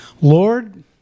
Lord